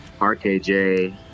R-K-J